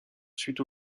suite